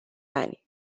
ani